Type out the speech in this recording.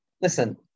Listen